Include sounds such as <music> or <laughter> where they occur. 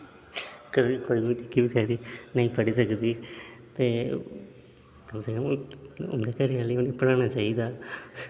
<unintelligible> कोई नेईं पढ़ी सकदी ते कम से कम घरा उं'दे आहलें उ'नेंगी पढ़ाना चाहिदा